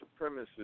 Supremacists